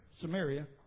Samaria